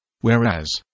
Whereas